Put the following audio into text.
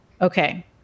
Okay